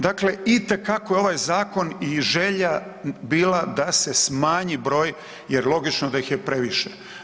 Dakle, itekako je ovaj zakon i želja bila da se smanji broj jer logično da ih je previše.